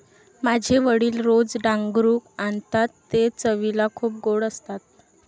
माझे वडील रोज डांगरू आणतात ते चवीला खूप गोड असतात